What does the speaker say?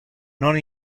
non